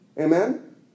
Amen